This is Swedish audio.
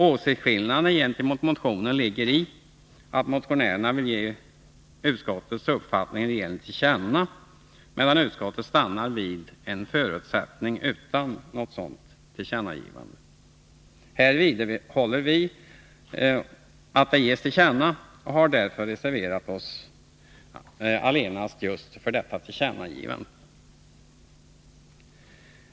Åsiktsskillnaden gäller att motionärerna vill ge utskottets uppfattning regeringen till känna, medan utskottet stannar vid en förutsättning utan ett sådant tillkännagivande. Här vidhåller vi att uppfattningen bör ges till känna och har därför reserverat oss allenast för detta tillkännagivande.